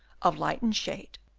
of light and shade,